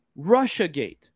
Russiagate